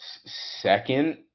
second